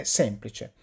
semplice